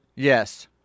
Yes